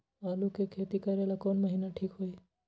आलू के खेती करेला कौन महीना ठीक होई?